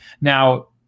Now